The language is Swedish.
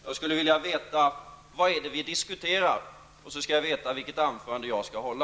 Jag skulle vilja veta vad det är vi diskuterar för att kunna veta vilket anförande jag skall hålla.